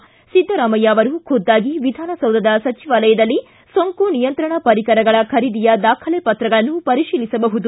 ಒದ್ದರಾಮಯ್ಯ ಅವರು ಖುದ್ದಾಗಿ ವಿಧಾನಸೌಧದ ಸಚಿವಾಲಯದಲ್ಲಿ ಸೋಂಕು ನಿಯಂತ್ರಣ ಪರಿಕರಗಳ ಖರೀದಿಯ ದಾಖಲೆ ಪತ್ರಗಳನ್ನು ಪರಿತೀಲಿಸಬಹುದು